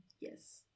Yes